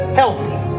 healthy